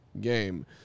game